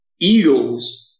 Eagles